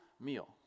meal